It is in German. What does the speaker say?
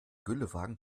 güllewagen